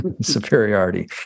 superiority